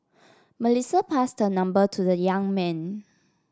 Melissa passed her number to the young man